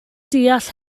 deall